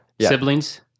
Siblings